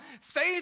Faith